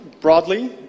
broadly